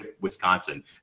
Wisconsin